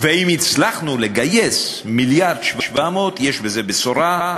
ואם הצלחנו לגייס 1.7 מיליארד, יש בזה בשורה,